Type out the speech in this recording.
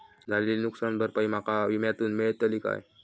झालेली नुकसान भरपाई माका विम्यातून मेळतली काय?